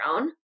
own